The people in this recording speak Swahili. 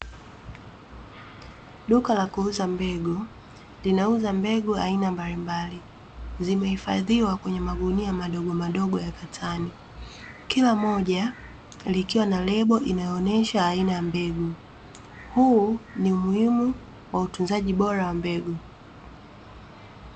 Duka la kuuza mbegu, linauza mbegu aina mbalimbali. Zimehifadhiwa kwenye magunia madogomadogo ya katani. Kila moja likiwa na lebo inayoonesha aina ya mbegu. Huu ni umuhimu wa utunzaji bora wa mbegu.